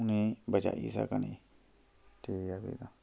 उ'नेंगी बचाई सकने ठीक ऐ फ्ही तां